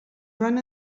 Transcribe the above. joan